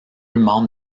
membres